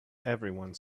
everyone